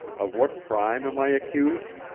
of what crime am i accused?